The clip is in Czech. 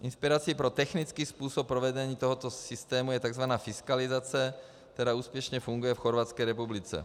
Inspirací pro technický způsob provedení tohoto systému je takzvaná fiskalizace, která úspěšně funguje v Chorvatské republice.